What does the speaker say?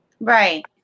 right